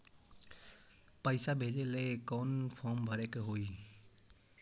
पैसा भेजे लेल कौन फार्म भरे के होई?